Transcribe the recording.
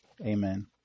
Amen